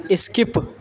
skip